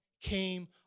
came